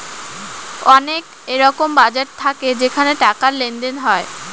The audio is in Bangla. অনেক এরকম বাজার থাকে যেখানে টাকার লেনদেন হয়